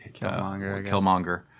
Killmonger